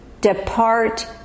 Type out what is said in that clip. depart